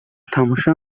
تماشا